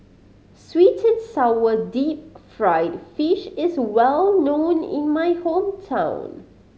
sweet and sour deep fried fish is well known in my hometown